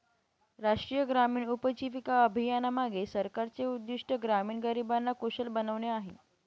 राष्ट्रीय ग्रामीण उपजीविका अभियानामागे सरकारचे उद्दिष्ट ग्रामीण गरिबांना कुशल बनवणे आहे